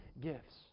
gifts